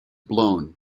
blown